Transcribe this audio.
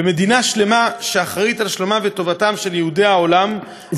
ומדינה שלמה שאחראית לשלומם וטובתם של יהודי העולם,